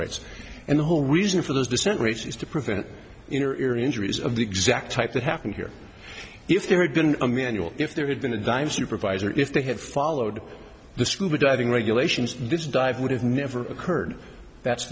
rates and the whole reason for those descent rates is to prevent inner injuries of the exact type that happened here if there had been a manual if there had been a dime supervisor if they had followed the scuba diving regulations this dive would have never occurred that's